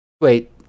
Wait